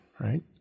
Right